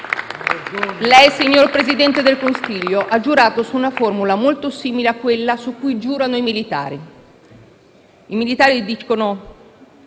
Lei, signor Presidente del Consiglio, ha giurato su una formula molto simile a quella su cui giurano i militari. I militari giurano